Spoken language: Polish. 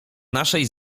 naszej